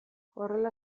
horrela